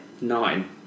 Nine